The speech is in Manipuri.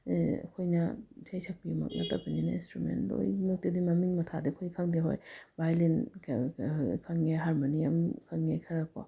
ꯑꯩꯈꯣꯏꯅ ꯏꯁꯩ ꯁꯛꯄꯤꯃꯛ ꯅꯠꯇꯕꯅꯤꯅ ꯏꯟꯁꯇ꯭ꯔꯨꯃꯦꯟ ꯂꯣꯏꯃꯛꯇꯨꯗꯤ ꯃꯃꯤꯡ ꯃꯊꯥꯗꯤ ꯑꯩꯈꯣꯏ ꯈꯪꯗꯦ ꯍꯣꯏ ꯚꯥꯏꯌꯣꯂꯤꯟ ꯈꯪꯉꯤ ꯍꯥꯔꯃꯣꯅꯤꯌꯝ ꯈꯪꯉꯤ ꯈꯔ ꯀꯣ